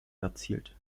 erzielt